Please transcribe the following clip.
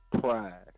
pride